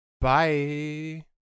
Bye